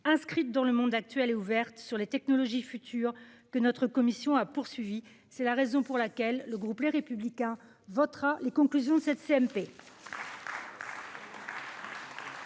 inscrite dans le monde actuel est ouverte sur les technologies futures que notre commission a poursuivi, c'est la raison pour laquelle le groupe Les Républicains votera les conclusions, cette CMP.